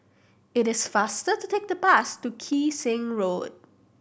it is faster to take the bus to Kee Seng Street